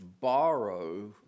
borrow